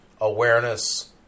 awareness